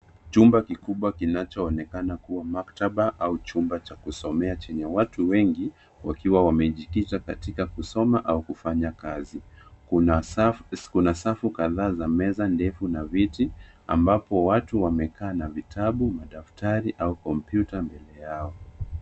Chumba kikubwa kinachoonekana kuwa maktaba au chumba cha kusomea chenye watu wengi wakiwa wamejitisha katika kusoma au kufanya kazi. Kuna safu kadhaa za meza ndefu na viti ambapo watu wamekaa na vitabu , madaftari au kompyuta mbele yao.